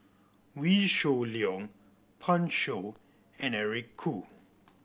Wee Shoo Leong Pan Shou and Eric Khoo